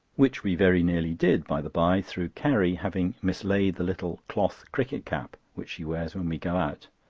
which we very nearly did, by-the-by, through carrie having mislaid the little cloth cricket cap which she wears when we go out.